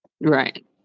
Right